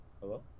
Hello